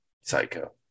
Psycho